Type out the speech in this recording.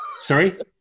Sorry